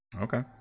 okay